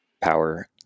power